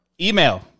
Email